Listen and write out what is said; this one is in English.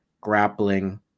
grappling